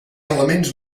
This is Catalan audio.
elements